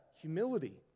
humility